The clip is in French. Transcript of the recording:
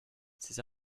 ces